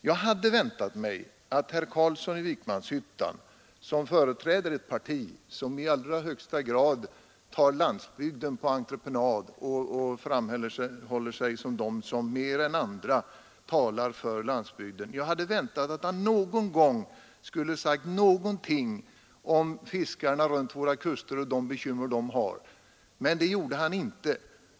Jag hade väntat mig att herr Carlsson i Vikmanshyttan, som företräder ett parti som i allra högsta grad tar landsbygden på entreprenad och mer än andra framhåller landsbyg den, skulle ha sagt någonting om fiskarna runt om våra kuster och de bekymmer som de har. Men det gjorde han inte.